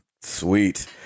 sweet